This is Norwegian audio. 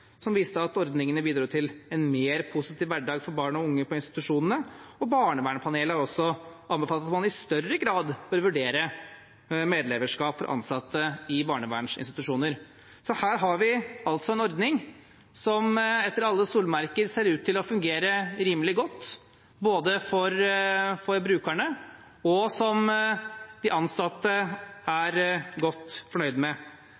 som viste at ordningen bidro til en mer positiv hverdag for barn og unge på institusjonene. Barnevernpanelet anbefalte også at man i større grad bør vurdere medleverskap for ansatte i barnevernsinstitusjoner. Her har vi altså en ordning som etter alle solemerker ser ut til både å fungere rimelig godt for brukerne, og som de ansatte er godt fornøyde med.